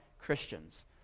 Christians